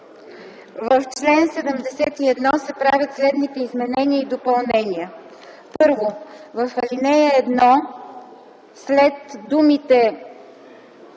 В чл. 71 се правят следните изменения и допълнения: 1. В ал. 1 след думите